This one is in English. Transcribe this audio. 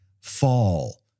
fall